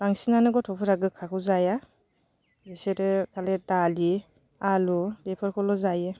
बांसिनानो गथ'फोरा गोखाखौ जाया बिसोरो खालि दालि आलु बेफोरखौल' जायो